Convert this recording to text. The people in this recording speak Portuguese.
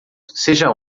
seja